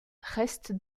reste